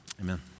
Amen